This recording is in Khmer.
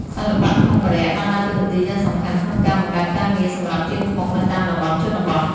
សិល្បៈខ្មុកម្រ័ក្សណ៍បានដើរតួនាទីយ៉ាងសំខាន់ក្នុងការ បង្កើតការងារ សម្រាប់ជាងខ្មុកនៅតាមតំបន់ជនបទ។